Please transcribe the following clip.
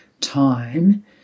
time